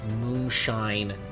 moonshine